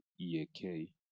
EAK